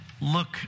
look